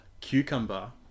Cucumber